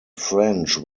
french